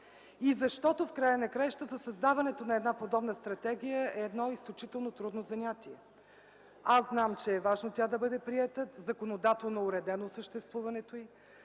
и защото в края на краищата създаването на една подобна стратегия е едно изключително трудно занятие. Аз знам, че е важно тя да бъде приета, законодателно уредено съществуването й,